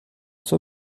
zur